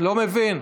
לא מבין.